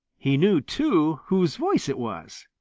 he knew, too, whose voice it was.